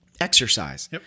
exercise